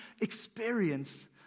experience